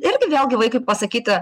irgi vėlgi vaikui pasakyti